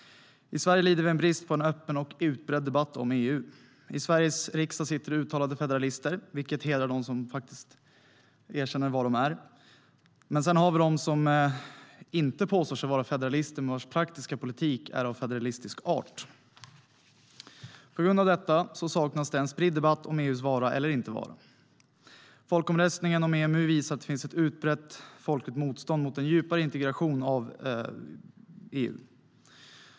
I Sverige lider vi brist på en öppen och utbredd debatt om EU. I Sveriges riksdag sitter det uttalade federalister, och det hedrar dem som faktiskt erkänner vad de är. Men sedan har vi dem som inte påstår sig vara federalister men vars praktiska politik är av federalistisk art. På grund av detta saknas det en spridd debatt om EU:s vara eller inte vara. Folkomröstningen om EMU visade att det finns ett utbrett folkligt motstånd mot en djupare integration av EU.